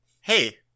hey